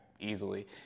easily